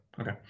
okay